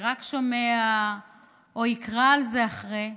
ורק שומע או יקרא על זה אחרי,